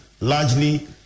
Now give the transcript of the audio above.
Largely